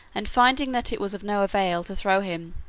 and finding that it was of no avail to throw him,